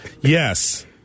Yes